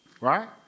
right